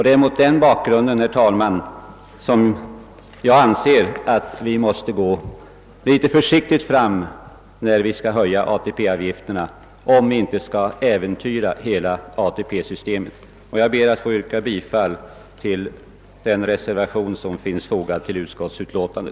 Det är mot denna bakgrund, herr talman, som jag anser att vi måste gå försiktigt fram med höjningar av ATP avgifterna för att inte äventyra hela ATP-systemet. Jag ber att få yrka bifall till den reservation som är fogad vid utskottets utlåtande.